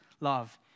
love